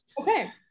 Okay